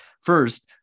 First